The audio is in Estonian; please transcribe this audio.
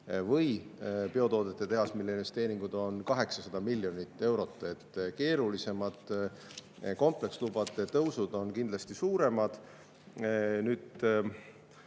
või biotoodete tehase, mille investeeringud on 800 miljonit eurot, siis keerulisemate komplekslubade tõusud on kindlasti suuremad.